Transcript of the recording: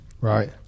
Right